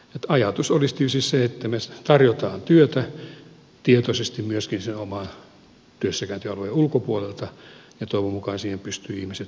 ajatus olisi tietysti se että me tarjoamme työtä tietoisesti myöskin sen oman työssäkäyntialueen ulkopuolelta ja toivon mukaan siihen pystyvät ihmiset tarttumaan